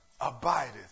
abideth